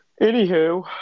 anywho